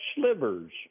slivers